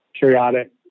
periodic